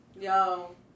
Yo